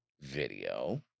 video